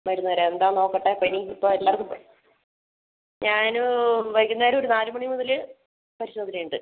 മരുന്ന് തരാം എന്താണെന്ന് നോക്കട്ടെ പനി ഇപ്പോൾ എല്ലാവർക്കും ഞാനോ വൈകുന്നേരം ഒരു നാലുമണി മുതൽ പരിശോധനയുണ്ട്